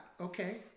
Okay